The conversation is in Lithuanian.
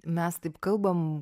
mes taip kalbam